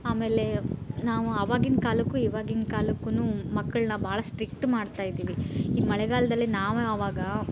ಆಮೇಲೆ ನಾವು ಆವಾಗಿನ ಕಾಲಕ್ಕೂ ಇವಾಗಿನ ಕಾಲಕ್ಕೂನೂ ಮಕ್ಕಳನ್ನ ಭಾಳ ಸ್ಟ್ರಿಕ್ಟ್ ಮಾಡ್ತಾಯಿದೀವಿ ಈ ಮಳೆಗಾಲದಲ್ಲಿ ನಾವೇ ಆವಾಗ